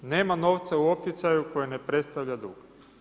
Nema novca u opticaju koji ne predstavlja dug.